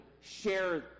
share